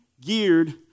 geared